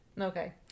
Okay